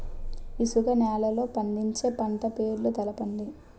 ఇసుక నేలల్లో పండించే పంట పేర్లు తెలపండి?